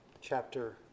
chapter